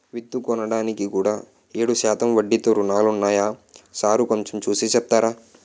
విత్తుకోడానికి కూడా ఏడు శాతం వడ్డీతో రుణాలున్నాయా సారూ కొంచె చూసి సెప్పరా